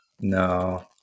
No